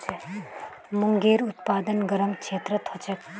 मूंगेर उत्पादन गरम क्षेत्रत ह छेक